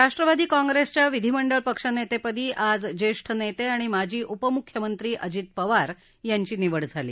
राष्ट्रवादी काँग्रेसच्या विधीमंडळ पक्ष नेतेपदी आज ज्येष्ठ नेते आणि माजी उपमुख्यमंत्री अजित पवार यांची निवड झाली